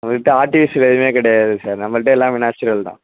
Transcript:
நம்ம கிட்ட ஆர்டிஃபிசியல் எதுவுமே கிடையாது சார் நம்மள்கிட்ட எல்லாமே நேச்சுரல் தான்